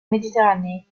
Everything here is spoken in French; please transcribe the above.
méditerranée